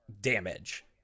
damage